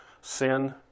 sin